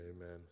amen